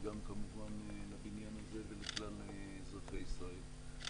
וגם כמובן לבניין הזה ולכלל אזרחי ישראל.